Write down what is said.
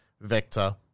vector